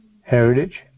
heritage